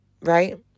right